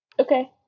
Okay